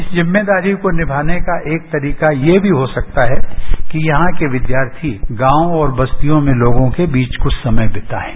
इस जिम्मेदारी को निभाने का एक तरीका ये भी हो सकता है कि यहां के विद्यार्थी गांव और बस्तियों में लोगों के बीच कुछ समय बिताएं